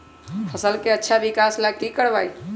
फसल के अच्छा विकास ला की करवाई?